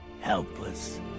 helpless